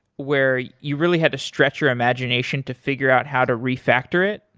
where you really had to stretch your imagination to figure out how to refactor it?